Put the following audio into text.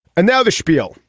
and now the spiel.